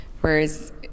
whereas